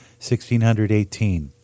1,618